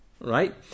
right